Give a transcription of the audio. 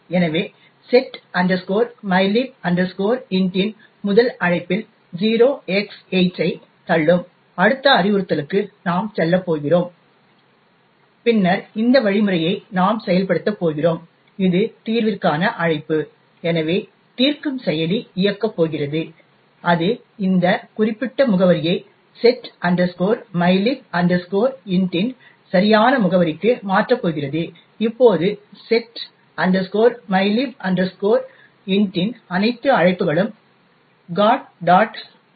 எனவே set mylib int இன் முதல் அழைப்பில் 0x8 ஐ தள்ளும் அடுத்த அறிவுறுத்தலுக்கு நாம் செல்லப் போகிறோம் பின்னர் இந்த வழிமுறையை நாம் செயல்படுத்தப் போகிறோம் இது தீர்விற்கான அழைப்பு எனவே தீர்க்கும் செயலி இயக்கப் போகிறது அது இந்த குறிப்பிட்ட முகவரியை set mylib int இன் சரியான முகவரிக்கு மாற்றப் போகிறது இப்போது set mylib int இன் அனைத்து அழைப்புகளும் GOT